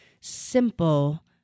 simple